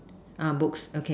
uh books okay